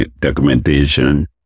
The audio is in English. documentation